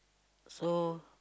so